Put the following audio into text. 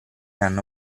hanno